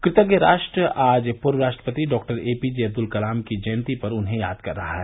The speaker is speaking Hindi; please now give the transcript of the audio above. कृतज्ञ राष्ट्र आज पूर्व राष्ट्रपति doctor A P J Abdul Kalam की जयंती पर उन्हें याद कर रहा है